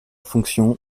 fonction